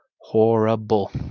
Horrible